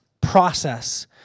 process